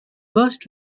most